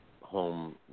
home